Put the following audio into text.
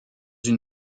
une